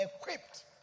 equipped